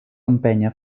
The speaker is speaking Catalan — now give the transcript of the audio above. empènyer